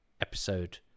episode